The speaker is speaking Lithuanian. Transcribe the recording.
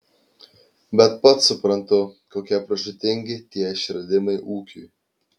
bet pats suprantu kokie pražūtingi tie išradimai ūkiui